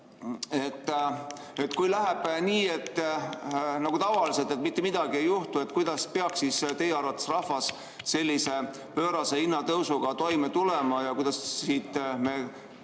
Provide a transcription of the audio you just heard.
Kui läheb nii nagu tavaliselt, et mitte midagi ei juhtu, kuidas peaks siis teie arvates rahvas sellise pöörase hinnatõusuga toime tulema ja kuidas me